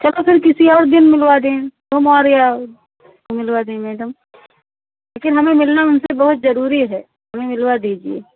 चलो फिर किसी और दिन मिलवा दें सोमवार या को मिलवा दें मैडम लेकिन हमें मिलना उनसे बहुत जरूरी है हमें मिलवा दीजिए